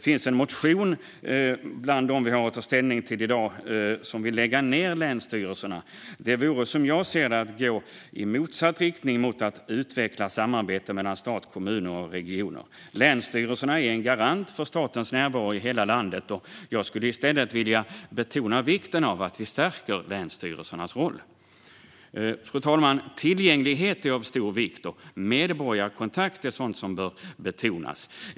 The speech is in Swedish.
Bland de motioner vi har att ta ställning till i dag finns en om att lägga ned länsstyrelserna. Det vore, som jag ser det, att gå i motsatt riktning mot att utveckla samarbete mellan stat, kommuner och regioner. Länsstyrelserna är en garant för statens närvaro i hela landet. Jag skulle i stället vilja betona vikten av att stärka länsstyrelsernas roll. Fru talman! Tillgänglighet är av stor vikt, och medborgarkontakt bör betonas.